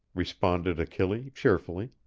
responded achille, cheerfully